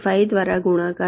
95 દ્વારા ગુણાકાર કર્યો છે